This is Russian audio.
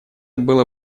было